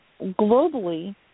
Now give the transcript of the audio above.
globally